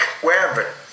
wherever